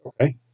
Okay